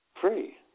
free